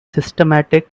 systematic